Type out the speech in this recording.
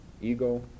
ego